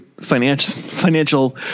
financial